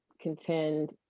contend